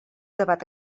debat